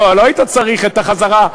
לא היית צריך את החזרה,